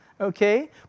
okay